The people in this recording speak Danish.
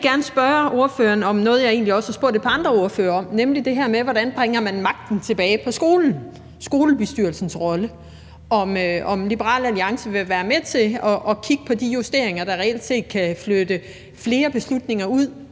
gerne spørge ordførerne om noget, jeg egentlig også har spurgt et par andre ordførere om, nemlig det her med, hvordan man bringer magten tilbage til skolen, herunder skolebestyrelsens rolle: Vil Liberal Alliance være med til at kigge på de justeringer, der reelt set kan flytte flere beslutninger ud